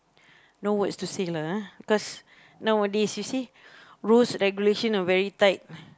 no words to say lah ah cause nowadays you see rules regulation are very tight